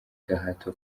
gahato